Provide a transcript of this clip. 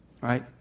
right